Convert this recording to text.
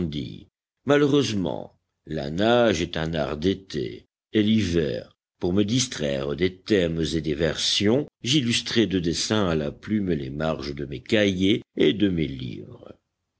malheureusement la nage est un art d'été et l'hiver pour me distraire des thèmes et des versions j'illustrais de dessins à la plume les marges de mes cahiers et de mes livres